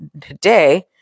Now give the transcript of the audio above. today